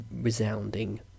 resounding